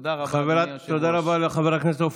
תודה רבה, אדוני היושב-ראש.